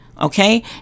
okay